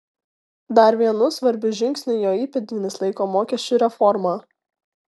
dar vienu svarbiu žingsniu jo įpėdinis laiko mokesčių reformą